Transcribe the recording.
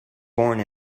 born